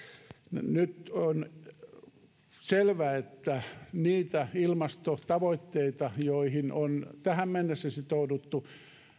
nyt on selvä että niitä ilmastotavoitteita joihin on tähän mennessä sitouduttu